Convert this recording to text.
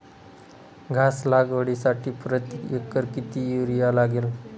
घास लागवडीसाठी प्रति एकर किती युरिया लागेल?